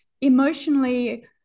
emotionally